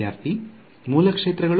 ವಿದ್ಯಾರ್ಥಿ ಮೂಲ ಕ್ಷೇತ್ರಗಳು